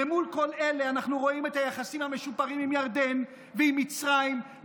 למול כל אלה אנחנו רואים את היחסים המשופרים עם ירדן ועם מצרים,